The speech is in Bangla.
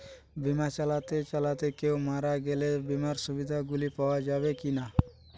বিমা চালাতে চালাতে কেও মারা গেলে বিমার সুবিধা গুলি পাওয়া যাবে কি না?